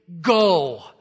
Go